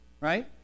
right